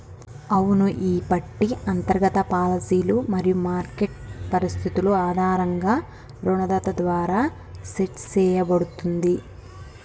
అవును ఈ పట్టి అంతర్గత పాలసీలు మరియు మార్కెట్ పరిస్థితులు ఆధారంగా రుణదాత ద్వారా సెట్ సేయబడుతుంది